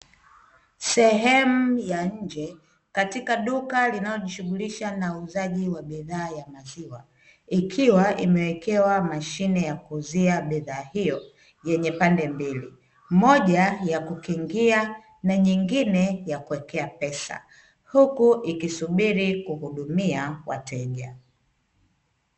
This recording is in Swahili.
Sehemu ya nje katika duka linalishughulisha na uuzaji wa bidhaa ya maziwa, ikiwa imewekewa mashine ya kuuzia bidhaa hiyo yenye pande mbili, moja ya kukingia na nyingine ya kuwekea pesa huku ikisubiri kuhudumia wateja.